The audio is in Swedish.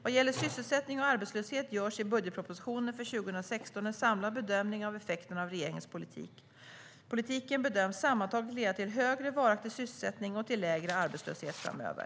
Vad gäller sysselsättning och arbetslöshet görs i budgetpropositionen för 2016 en samlad bedömning av effekterna av regeringens politik. Politiken bedöms sammantaget leda till högre varaktig sysselsättning och till lägre arbetslöshet framöver.